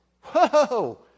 whoa